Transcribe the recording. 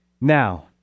Now